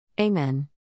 Amen